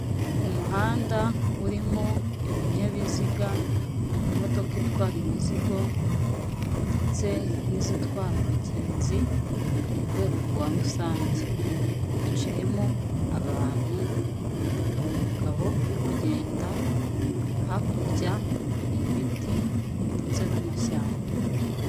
Umuhanda urimo ibinyabiziga, imodoka itwara imizigo ndetse n'izitwara abagenzi mu rwego rwa rusange, hicayemo abantu hari umugabo uri kugenda, hakurya hari ibiti ndetse n'amashyamba.